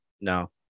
No